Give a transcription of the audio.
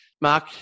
Mark